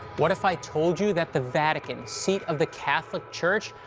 what if i told you that the vatican, seat of the catholic church,